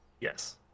yes